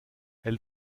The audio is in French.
elle